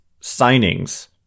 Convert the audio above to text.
signings